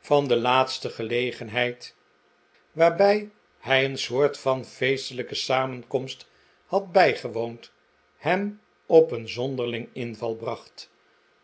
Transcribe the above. van de laatste gelegenheid waarbij hij een soort van feestelijke samenkomst had bijgewoond hem op een zonderlingen inval bracht